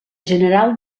general